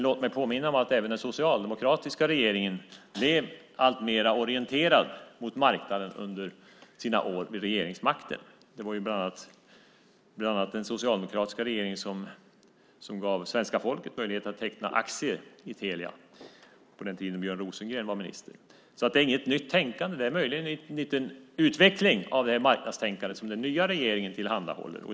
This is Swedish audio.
Låt mig påminna om att även den socialdemokratiska regeringen blev alltmer orienterad mot marknaden under sina år vid regeringsmakten. Det var ju den socialdemokratiska regeringen som gav svenska folket möjlighet att teckna aktier i Telia på den tiden Björn Rosengren var minister. Det är alltså inte något nytt tänkande. Det är möjligen en utveckling av marknadstänkandet som den nya regeringen tillhandahåller.